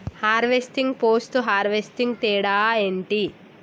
Harvesting, post harvesting తేడా ఏంటి?